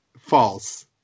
false